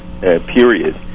period